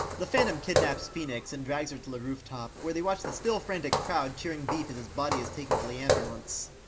the phantom kidnaps phoenix and drags her to rooftop, where they watch the still frantic crowd cheering beef as his body is taken to the ambulance.